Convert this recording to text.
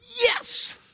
Yes